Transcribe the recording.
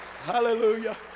hallelujah